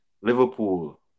Liverpool